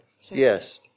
Yes